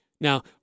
Now